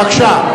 בבקשה.